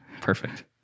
Perfect